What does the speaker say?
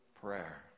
prayer